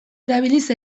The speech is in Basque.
erabiliz